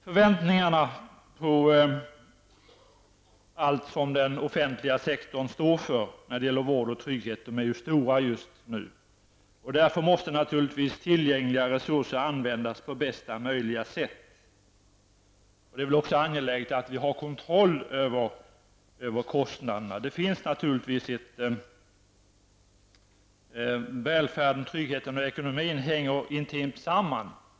Förväntningarna beträffande allt det som den offentliga sektorn står för i form av vård och trygghet är stora. Därför måste tillgängliga resurser användas på bästa möjliga sätt. Det är också angeläget att vi har kontroll över kostnaderna. Välfärden, tryggheten och ekonomin hänger intimt samman.